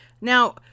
Now